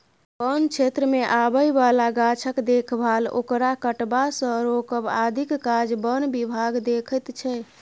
बन क्षेत्रमे आबय बला गाछक देखभाल ओकरा कटबासँ रोकब आदिक काज बन विभाग देखैत छै